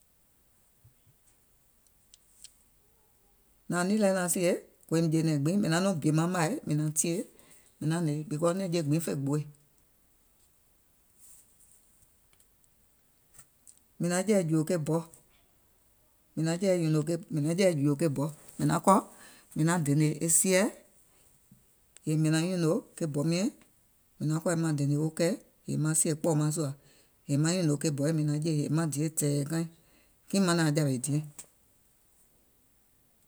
Nȧȧŋ nìì lɛ naŋ sìe, kòòìm jè gbiŋ, mìŋ naŋ nɔŋ gè maŋ màì mìŋ naŋ tìè mìŋ naŋ hnè, because nɛ̀ŋje fè gbooì. Mìŋ jɛ̀ɛ̀ jùò ke bɔ, mìŋ naŋ jɛ̀ɛ̀ nyùnò ke bɔ, mìŋ naŋ kɔ̀ mìŋ naŋ dènè e sieɛ̀, yèè mìŋ naŋ nyùnò ke bɔ miɛ̀ŋ yèè maŋ kɔ̀ maŋ dènè wo kɛì yèè maŋ sìè kpɔ̀ɔ̀maŋ sùà, yèè maŋ nyùnò ke bɔɛ̀ mìŋ naŋ jè yèè maŋ diè tɛ̀ɛ̀ kaiŋ, kiŋ maŋ nàaŋ jàwè diɛŋ.